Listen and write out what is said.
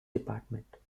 department